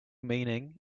meaning